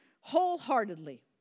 wholeheartedly